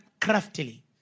craftily